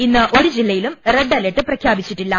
ഇന്ന് ഒരു ജില്ലയിലും റെഡ് അലർട്ട് പ്രഖ്യാപിച്ചിട്ടില്ല